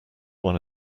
one